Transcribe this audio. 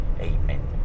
Amen